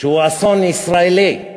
שהוא אסון ישראלי,